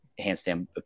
handstand